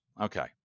Okay